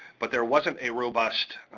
but there wasn't a robust